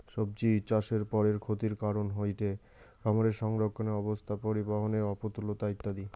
সব্জিচাষের পরের ক্ষতির কারন হয়ঠে খামারে সংরক্ষণের অব্যবস্থা, পরিবহনের অপ্রতুলতা ইত্যাদি